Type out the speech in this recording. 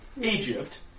Egypt